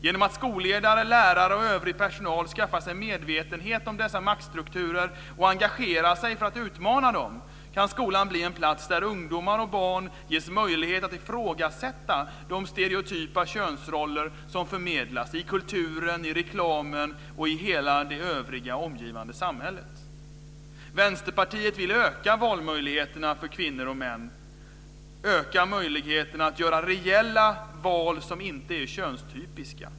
Genom att skolledare, lärare och övrig personal skaffar sig medvetenhet om dessa maktstrukturer och engagerar sig för att utmana dem kan skolan bli en plats där ungdomar och barn ges möjlighet att ifrågasätta de stereotypa könsroller som förmedlas i kulturen, reklamen och hela det övriga omgivande samhället. Vänsterpartiet vill öka valmöjligheterna för kvinnor och män och öka möjligheten att göra reella val som inte är könstypiska.